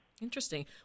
Interesting